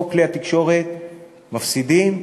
רוב כלי התקשורת מפסידים,